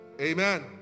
Amen